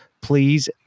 Please